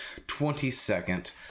22nd